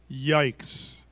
Yikes